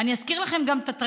והשנה